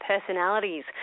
personalities